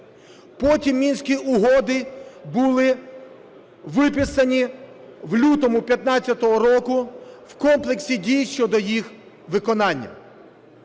Потім Мінські угоди були виписані в лютому 15-го року в комплексі дій щодо їх виконання.